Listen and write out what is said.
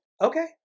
okay